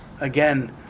Again